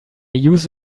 use